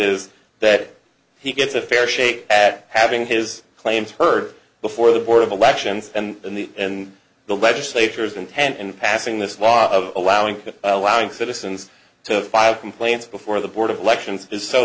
is that he gets a fair shake at having his claims heard before the board of elections and the and the legislatures and and passing this law of allowing allowing citizens to file complaints before the board of elections is so